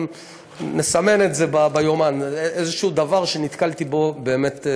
לא, אין זמן לחכות.